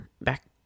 back